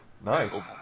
Nice